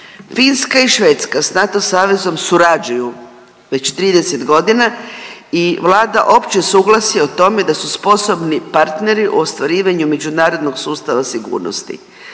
Finska i Švedska s NATO savezom surađuju već 30 godina i Vlada opće suglasje o tome da su sposobni partneri u ostvarivanju međunarodnog sustava sigurnosti.